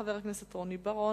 חבר הכנסת רוני בר-און,